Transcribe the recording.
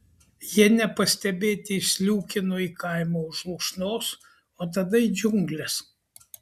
jie nepastebėti išsliūkino į kaimą už lūšnos o tada į džiungles